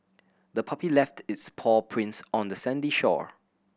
the puppy left its paw prints on the sandy shore